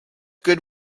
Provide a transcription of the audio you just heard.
good